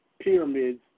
pyramids